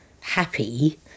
happy